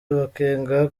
amakenga